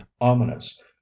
ominous